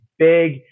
big